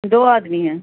دو آدمی ہیں